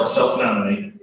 self-nominate